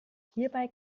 hierbei